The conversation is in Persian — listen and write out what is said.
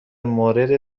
مورد